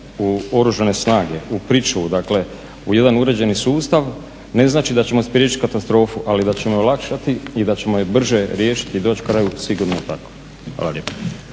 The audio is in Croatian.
u Oružane snage, u pričuvi, dakle u jedan uređeni sustav ne znači da ćemo spriječit katastrofu, ali da ćemo je olakšati i da ćemo je brže riješiti i doći kraju, sigurno je tako. Hvala lijepo.